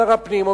שר הפנים,